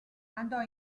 andò